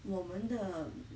我们的